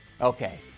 Okay